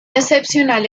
excepcional